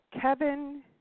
Kevin